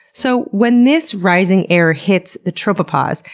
so when this rising air hits the tropopause,